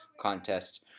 contests